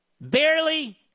barely